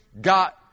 got